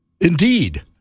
Indeed